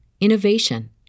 innovation